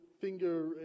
finger